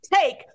Take